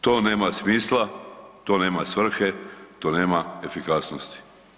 To nema smisla, to nema svrhe, to nema efikasnosti.